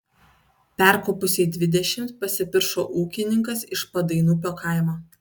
perkopusiai dvidešimt pasipiršo ūkininkas iš padainupio kaimo